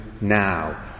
now